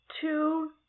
two